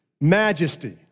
majesty